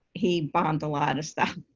he bombed a lot of stuff.